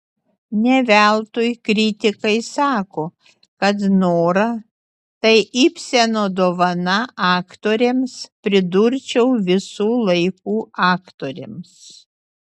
ne veltui kritikai sako kad nora tai ibseno dovana aktorėms pridurčiau visų laikų aktorėms